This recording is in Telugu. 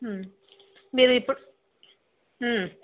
మీరు ఇప్పుడు